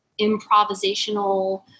improvisational